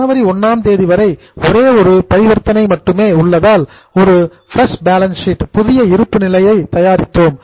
ஜனவரி 1 ஆம் தேதி வரை ஒரே ஒரு பரிவர்த்தனை மட்டுமே உள்ளதால் ஒரு ஃபிரஸ் பேலன்ஸ் ஷீட் புதிய இருப்பு நிலை தயாரித்தோம்